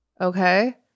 okay